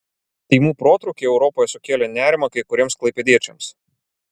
tymų protrūkiai europoje sukėlė nerimą kai kuriems klaipėdiečiams